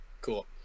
Cool